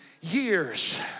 years